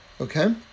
Okay